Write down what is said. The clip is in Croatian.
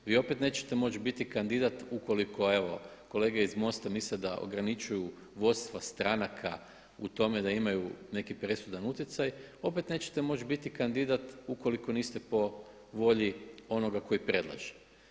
Vi opet nećete moći biti kandidat ukoliko evo kolege iz MOST-a misle da ograničuju vodstva stranaka u tome da imaju neki presudan utjecaj opet nećete moći biti kandidat ukoliko niste po volji onoga koji predlaže.